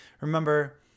Remember